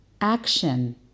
action